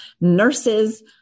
nurses